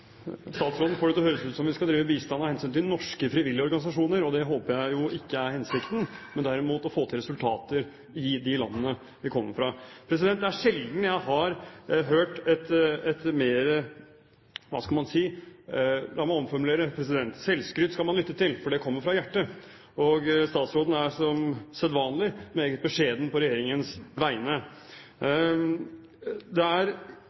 Statsråden får det til å høres ut som om vi skal drive bistand av hensyn til norske frivillige organisasjoner, og det håper jeg jo ikke er hensikten, men derimot å få til resultater i de landene vi kommer til. Selvskryt skal man lytte til, for det kommer fra hjertet. Statsråden er som sedvanlig meget beskjeden på regjeringens vegne. Det er åpenbart slik at det er større avstand mellom de rød-grønne partiene i sikkerhets- og utenrikspolitikken enn det er